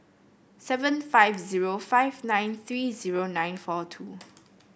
seven five zero five nine three zero nine four two